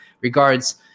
regards